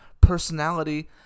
personality